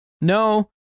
No